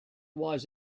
was